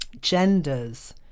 genders